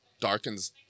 darkens